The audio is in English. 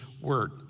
word